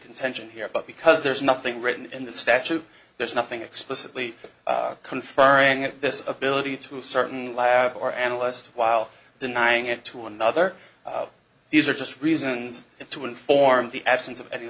contention here but because there's nothing written in the statute there's nothing explicitly conferring this ability to a certain lab or analyst while denying it to another these are just reasons to inform the absence of any